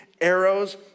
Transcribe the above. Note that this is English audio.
arrows